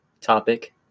topic